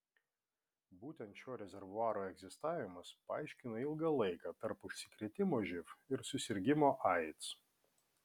būtent šio rezervuaro egzistavimas paaiškina ilgą laiką tarp užsikrėtimo živ ir susirgimo aids